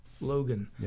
Logan